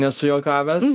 nesu juokavęs